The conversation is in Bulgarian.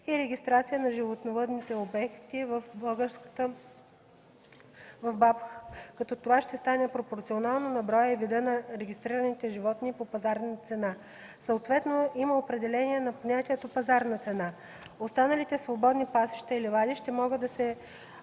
агенция по безопасност на храните, като това ще става пропорционално на броя и вида на регистрираните животни и по пазарна цена. Съответно има определение на понятието „пазарна цена”. Останалите свободни пасища и ливади ще могат да се